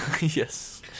Yes